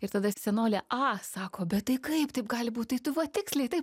ir tada senolė a sako bet tai kaip taip gali būt tai tu va tiksliai taip